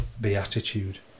beatitude